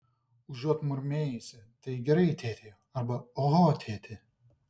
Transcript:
užuot murmėjusi tai gerai tėti arba oho tėti